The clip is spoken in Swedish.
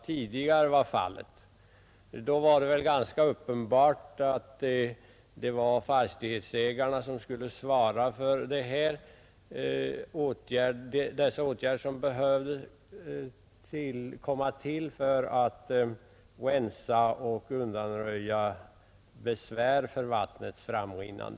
Tidigare var det ganska uppenbart att fastighetsägarna skulle svara för de åtgärder som behövde vidtas för att rensa och undanröja hinder för vattenavrinningen.